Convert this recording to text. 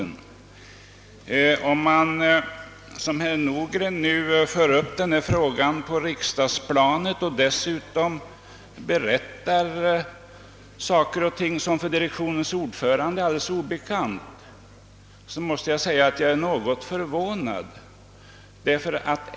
Jag är något förvånad över att herr Nordgren nu för upp denna fråga på riksdagsplanet och dessutom berättar saker och ting som är alldeles obekanta för direktionens ordförande.